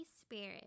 Spirit